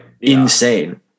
insane